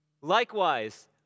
likewise